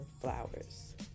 flowers